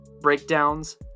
breakdowns